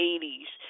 80s